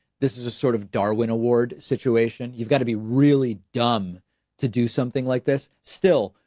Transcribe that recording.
this is a sort of darwin award situation. you've got to be really dumb to do something like this. still,